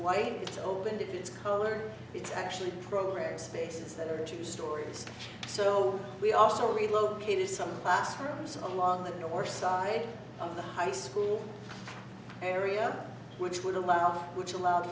white it's old and it colored it's actually progress spaces that are two stories so we also relocated some classrooms along the north side of the high school area which would allow which allowed